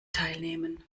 teilnehmen